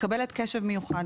מקבלת קשב מיוחד.